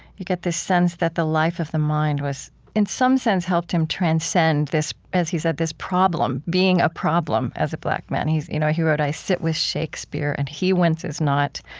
you get this sense that the life of the mind, in some sense, helped him transcend this, as he said, this problem, being a problem as a black man. he you know he wrote, i sit with shakespeare, and he winces not.